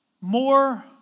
more